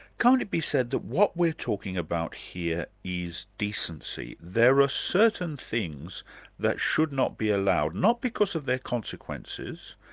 can't it be said that what we're talking about here is decency. there are certain things that should not be allowed, not because of their consequences,